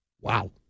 wow